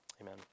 amen